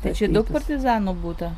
tai čia daug partizanų būta